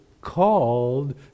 called